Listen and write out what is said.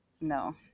no